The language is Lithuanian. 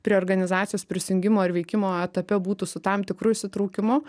prie organizacijos prisijungimo ar veikimo etape būtų su tam tikru įsitraukimu